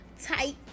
Tight